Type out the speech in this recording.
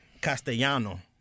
Castellano